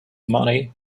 money